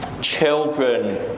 children